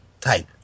type